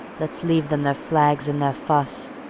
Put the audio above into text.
let's leave them their flags and their fuss.